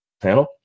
panel